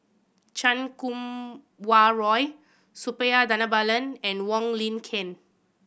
Chan Kum Wah Roy Suppiah Dhanabalan and Wong Lin Ken